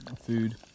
Food